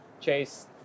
chase